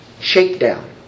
Shakedown